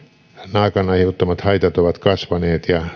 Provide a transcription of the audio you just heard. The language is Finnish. naakan aiheuttamat haitat ovat kasvaneet ja